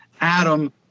Adam